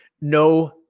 no